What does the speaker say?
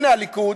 הנה, הליכוד,